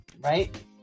right